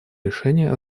решения